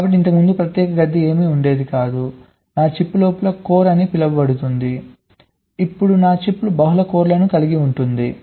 కాబట్టి ఇంతకుముందు ప్రత్యేక చిప్ నా చిప్ లోపల కోర్ అని పిలువబడుతుంది ఇప్పుడు నా చిప్ బహుళ కోర్లను కలిగి ఉంటుంది